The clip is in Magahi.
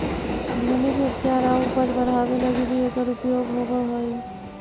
भूमि के उपचार आउ उपज बढ़ावे लगी भी एकर उपयोग होवऽ हई